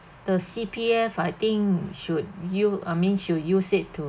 the C_P_F I think should use I mean should use it to